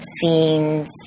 scenes